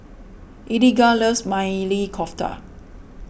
Eliga loves Maili Kofta